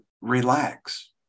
relax